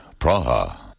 Praha